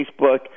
Facebook